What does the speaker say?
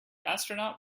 astronaut